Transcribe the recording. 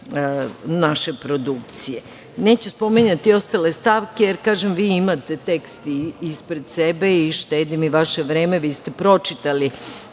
naše produkcije. Neću spominjati ostale stavke, jer kažem, vi imate tekst ispred sebe i štedim i vaše vreme. Vi ste pročitali